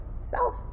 self